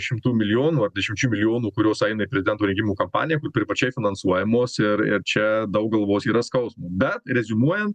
šimtų milijonų ar dešimčių milijonų kurios eina prezidento rinkimų kampaniją kur privačiai finansuojamos ir čia daug galvos yra skausmo bet reziumuojant